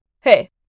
Hey